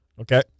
Okay